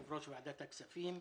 יושב ראש ועדת הכספים,